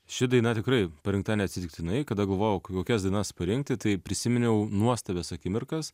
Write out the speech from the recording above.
ši daina tikrai parinkta neatsitiktinai kada galvojau kokias dainas parinkti tai prisiminiau nuostabias akimirkas